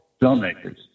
filmmakers